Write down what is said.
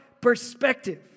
perspective